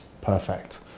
Perfect